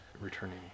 returning